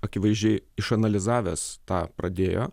akivaizdžiai išanalizavęs tą pradėjo